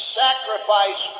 sacrifice